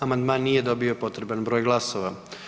Amandman nije dobio potreban broj glasova.